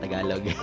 Tagalog